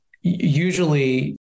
Usually